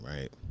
Right